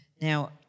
Now